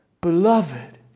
beloved